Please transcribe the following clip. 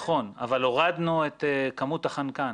נכון אבל הורדנו את כמות החנקן.